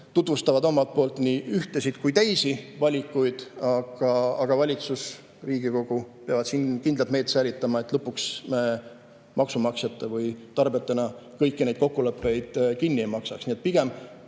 tutvustavad omalt poolt nii ühtesid kui ka teisi valikuid, aga valitsus ja Riigikogu peavad siin kindlat meelt säilitama, et lõpuks me maksumaksjate või tarbijatena kõiki neid kokkuleppeid kinni ei maksaks. Pigem